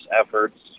efforts